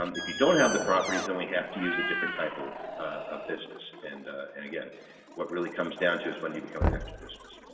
um if you don't have the properties, then we have to use a different type of of business and and again what really comes down to is when do you become an active business.